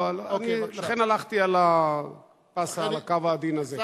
לכן הלכתי על הקו העדין הזה.